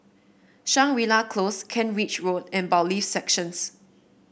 Shangri La Close Kent Ridge Road and Bailiffs' Section